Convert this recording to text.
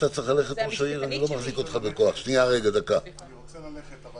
אני רוצה ללכת.